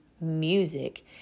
music